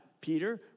Peter